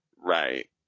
Right